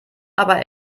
aber